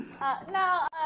Now